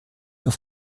auf